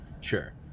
sure